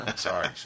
Sorry